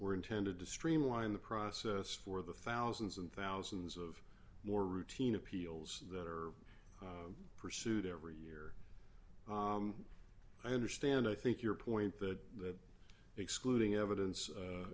were intended to streamline the process for the thousands and thousands of more routine appeals that are pursued every year i understand i think your point the excluding evidence